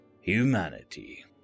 Humanity